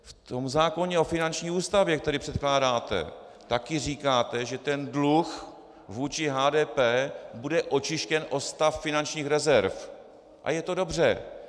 V tom zákoně o finanční ústavě, který předkládáte, taky říkáte, že ten dluh vůči HDP bude očištěn o stav finančních rezerv, a je to dobře.